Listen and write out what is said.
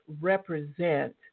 represent